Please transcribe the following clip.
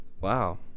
Wow